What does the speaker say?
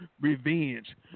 revenge